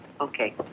Okay